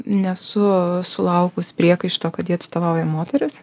nesu sulaukus priekaišto kad jį atstovauja moteris